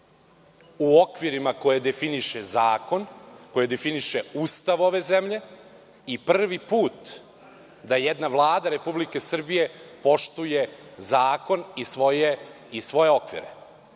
u okvirima koje definiše zakon, koje definiše Ustav ove zemlje i prvi put da jedna Vlada Republike Srbije poštuje zakon i svoje okvire. Ja